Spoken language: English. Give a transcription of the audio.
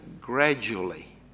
gradually